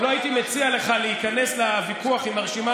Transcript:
לא הייתי מציע לך להיכנס לוויכוח עם הרשימה